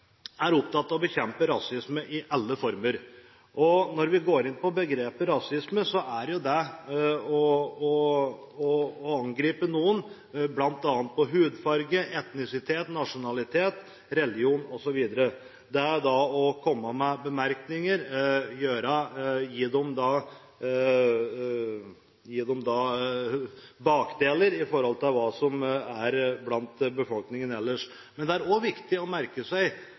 er opptatt av å bekjempe rasisme i alle former. Når vi går inn på begrepet rasisme, betyr jo det å angripe noen, bl.a. på hudfarge, etnisitet, nasjonalitet, religion osv. – det å komme med bemerkninger, å behandle noen dårligere i forhold til befolkningen ellers. Det er også viktig å merke seg